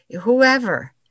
whoever